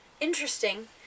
interesting